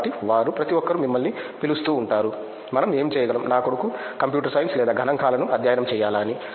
కాబట్టి వారు ప్రతి ఒక్కరూ మిమ్మల్ని పిలుస్తూ ఉంటారు మనం ఏమి చేయగలం నా కొడుకు కంప్యూటర్ సైన్స్ లేదా గణాంకాలను అధ్యయనం చేయాలా అని